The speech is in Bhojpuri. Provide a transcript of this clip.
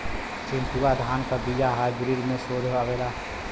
चिन्टूवा धान क बिया हाइब्रिड में शोधल आवेला?